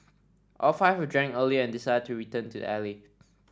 all five had drank earlier and decided to return to the alley